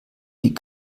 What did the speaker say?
die